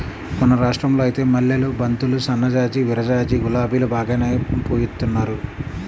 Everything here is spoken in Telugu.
మన రాష్టంలో ఐతే మల్లెలు, బంతులు, సన్నజాజి, విరజాజి, గులాబీలు బాగానే పూయిత్తున్నారు